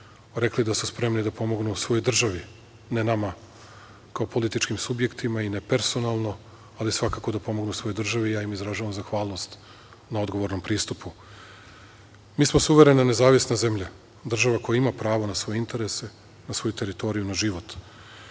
rekli da su spremni da pomognu svojoj državi. Ne nama kao političkim subjektima i ne personalno, ali svakako da pomognu svojoj državi i ja im izražavam zahvalnost na odgovornom pristupu. Mi smo suverena nezavisna zemlja, država koja ima pravo na svoje interese, na svoju teritoriju, na život